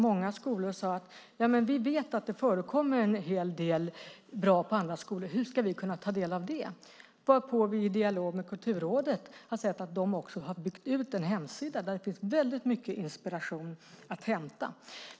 Många skolor sade att man visste att det skedde en hel del bra på andra skolor och undrade hur man skulle kunna ta del av det. Kulturrådet har byggt ut en hemsida där det finns mycket inspiration att hämta.